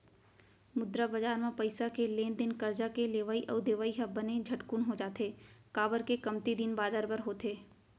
मुद्रा बजार म पइसा के लेन देन करजा के लेवई अउ देवई ह बने झटकून हो जाथे, काबर के कमती दिन बादर बर होथे